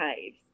caves